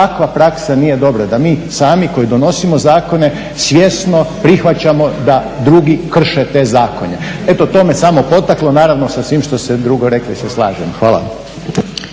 takva praksa nije dobra, da mi sami koji donosimo zakone svjesno prihvaćamo da drugi krše te zakone. Eto to me samo potaklo, naravno sa svim što ste drugo rekli se slažem. Hvala.